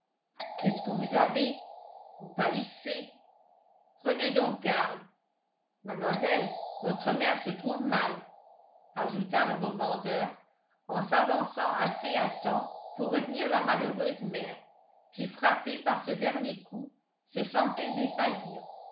qu'est-ce que vous avez vous pâlissez prenez donc garde mademoiselle votre mère se trouve mal ajouta le revendeur en s'avançant assez à temps pour retenir la malheureuse mère qui frappée par ce dernier coup se sentait défaillir